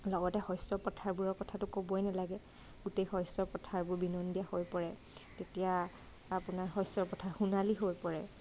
লগতে শস্য় পথাৰবোৰৰ কথাটো ক'বই নালাগে গোটেই শস্য় পথাৰবোৰ বিনন্দীয়া হৈ পৰে তেতিয়া আপোনাৰ শস্য় পথাৰ সোণালী হৈ পৰে